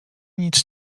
nic